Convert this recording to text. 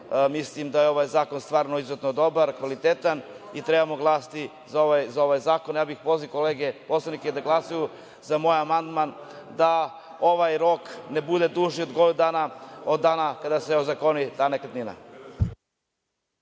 mislim da je ovaj zakon stvarno izuzetno dobar, kvalitetan i trebamo glasati za ovaj zakon. Ja bih pozvao kolege poslanike da glasaju za moj amandman, da ovaj rok ne bude duži od godinu dana od dana kada se ozakoni ta nekretnina.